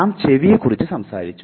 നാം ചെവിയെ കുറിച്ച് സംസാരിച്ചു